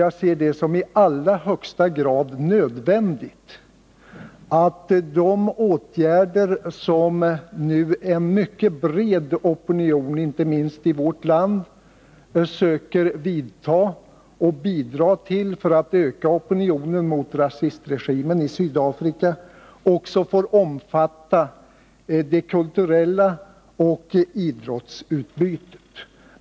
Jag anser det i allra högsta grad nödvändigt att de åtgärder som nu en mycket bred opinion inte minst i vårt land försöker vidta och bidra till för att öka opinionen mot rasistregimen i Sydafrika också får omfatta det kulturella och idrottsliga utbytet.